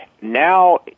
now